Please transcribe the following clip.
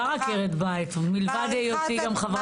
אני כבר עקרת בית, מלבד היותי גם חברת כנסת.